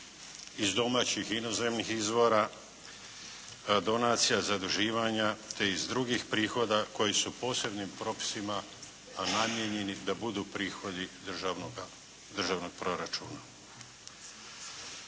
iz domaćih i inozemnih izvora, donacija, zaduživanja te iz drugih prihoda koji su posebnim propisima namijenjeni da budu prihodi državnog proračuna.